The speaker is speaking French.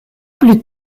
plus